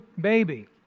baby